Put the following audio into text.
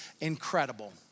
incredible